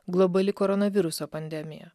globali koronaviruso pandemija